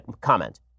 comment